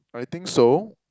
I think so